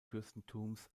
fürstentums